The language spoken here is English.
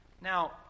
Now